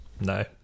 No